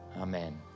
Amen